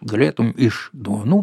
galėtum iš dovanų